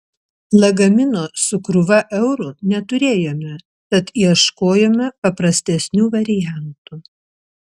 lagamino su krūva eurų neturėjome tad ieškojome paprastesnių variantų